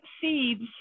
seeds